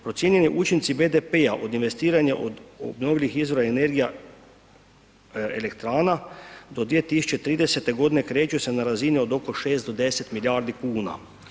Procijenjeni učinci BDP-a od investiranja od obnovljivih izvora energija elektrana do 2030. g. kreću se na razini od oko 6 do 10 milijardi kuna.